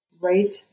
right